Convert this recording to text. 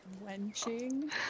wenching